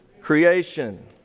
creation